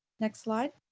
next slide.